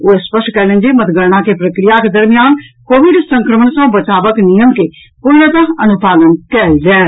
ओ स्पष्ट कयलनि जे मतगणना के प्रक्रियाक दरमियान कोविड संक्रमण सँ बचावक नियम के पूर्णतः अनुपालन कयल जायत